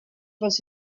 was